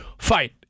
fight